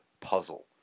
puzzle